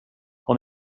har